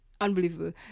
unbelievable